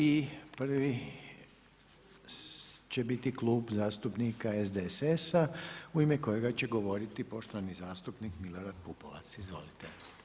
I prvi će biti Klub zastupnika SDSS-a u ime kojega će govoriti poštovani zastupnik Milorad Pupovac, izvolite.